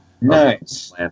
Nice